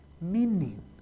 Meaning